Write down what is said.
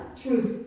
truth